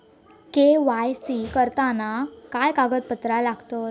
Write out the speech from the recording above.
KYC करताना काय कागदपत्रा लागतत?